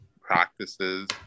practices